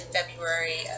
February